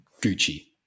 Gucci